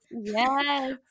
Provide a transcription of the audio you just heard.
Yes